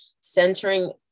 centering